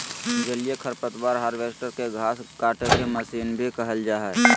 जलीय खरपतवार हार्वेस्टर, के घास काटेके मशीन भी कहल जा हई